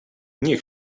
nie